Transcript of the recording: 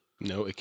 No